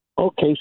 Okay